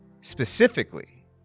specifically